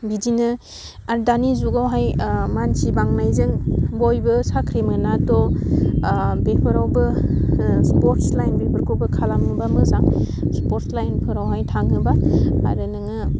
बिदिनो आरो दानि जुावहाय मानसि बांनायजों बयबो साख्रि मोनाथ' बेफोरावबो स्पर्द लाइन बेफोरखौबो खालामोबा मोजां स्पर्दस् लाइनफोराव थाङोबा आरो नोङो